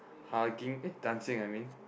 hugging eh dancing I mean